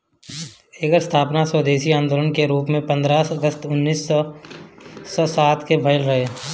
एकर स्थापना स्वदेशी आन्दोलन के रूप में पन्द्रह अगस्त उन्नीस सौ सात में भइल रहे